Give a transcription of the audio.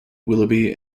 willoughby